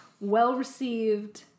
well-received